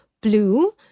blue